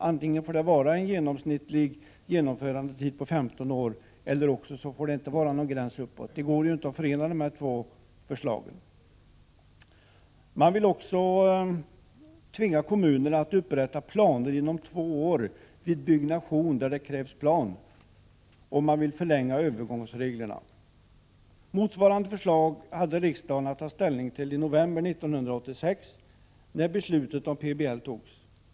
Antingen skall det vara en genomsnittlig genomförandetid på 15 år eller också skall det inte vara någon gräns alls uppåt. Det går nämligen inte att förena de båda förslagen. Man vill också tvinga kommunerna att inom loppet av två år upprätta planer för byggnation som kräver en detaljplan. Vidare vill man förlänga övergångsreglerna. Riksdagen hade att ta ställning till motsvarande förslag i november 1986, när beslutet om PBL fattades.